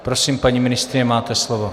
Prosím, paní ministryně, máte slovo.